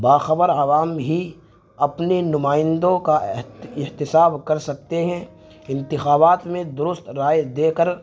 باخبر عوام ہی اپنے نمائندوں کا احتساب کر سکتے ہیں انتخابات میں درست رائے دے کر